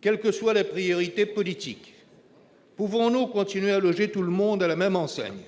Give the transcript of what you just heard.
Quelles que soient les priorités politiques, pouvons-nous continuer à loger tout le monde à la même enseigne ?